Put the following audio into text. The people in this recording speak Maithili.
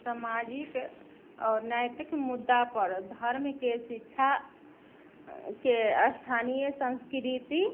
सामाजिक आओर नैतिक मुद्दा पर धर्मके शिक्षाके स्थानीय संस्कृति